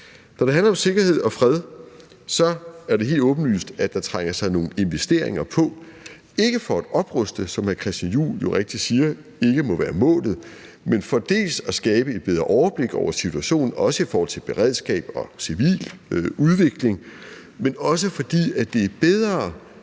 Når det handler om sikkerhed og fred, er det helt åbenlyst, at der trænger sig nogle investeringer på, ikke for at opruste, som hr. Christian Juhl jo rigtigt siger ikke må være målet, men for at skabe et bedre overblik over situationen, også i forhold til beredskab og civil udvikling, men også fordi det er bedre,